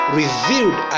revealed